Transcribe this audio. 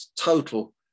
total